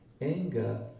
anger